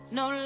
no